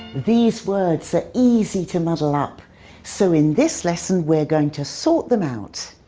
these words are easy to muddle up so in this lesson we're going to sort them out.